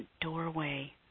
doorway